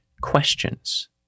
questions